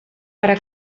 para